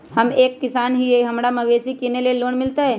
हम एक किसान हिए हमरा मवेसी किनैले लोन मिलतै?